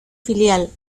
filial